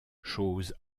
chose